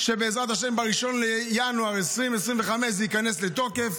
ובעזרת השם, ב-1 בינואר 2025 זה ייכנס לתוקף,